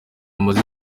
amaze